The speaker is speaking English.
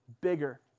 bigger